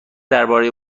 درباره